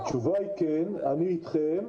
התשובה היא כן, אני אתכם.